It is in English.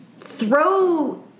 throw